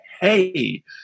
Hey